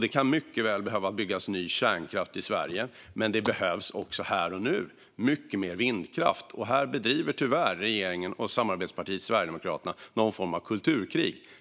Det kan mycket väl behöva byggas ny kärnkraft i Sverige, men här och nu behövs också mycket mer vindkraft. Här bedriver tyvärr regeringen och samarbetspartierna Sverigedemokraterna någon form av kulturkrig.